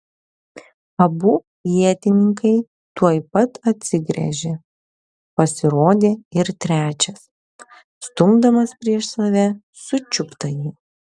abu ietininkai tuoj pat atsigręžė pasirodė ir trečias stumdamas prieš save sučiuptąjį